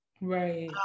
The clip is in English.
Right